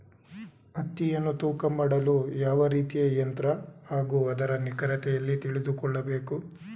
ಹತ್ತಿಯನ್ನು ತೂಕ ಮಾಡಲು ಯಾವ ರೀತಿಯ ಯಂತ್ರ ಹಾಗೂ ಅದರ ನಿಖರತೆ ಎಲ್ಲಿ ತಿಳಿದುಕೊಳ್ಳಬೇಕು?